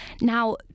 now